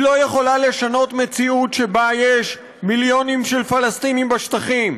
היא לא יכולה לשנות מציאות שבה יש מיליונים של פלסטינים בשטחים,